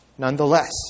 Nonetheless